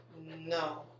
no